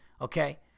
okay